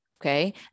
Okay